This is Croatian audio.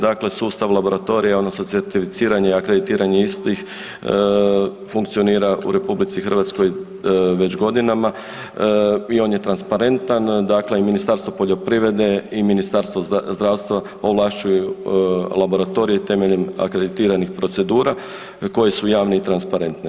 Dakle, sustav laboratorija odnosno certificiranje, akreditiranje istih funkcionira u RH već godinama i on je transparentan, dakle i Ministarstvo poljoprivrede i Ministarstvo zdravstva ovlašćuju laboratorije temeljem akreditiranih procedura koje su javne i transparentne.